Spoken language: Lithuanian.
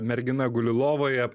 mergina guli lovoje